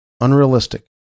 Unrealistic